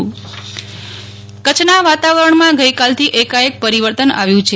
નેહ્લ ઠક્કર હવા માન કચ્છના વાતાવરણમાં ગઈકાલથી એક એક પરિવર્તન આવ્યું છે